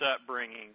upbringing